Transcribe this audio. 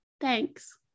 Thanks